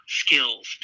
skills